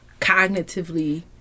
cognitively